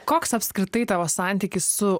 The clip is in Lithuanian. koks apskritai tavo santykis su